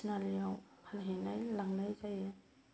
थिनालिआव फानहैनाय लांनाय जायो